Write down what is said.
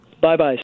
Bye-bye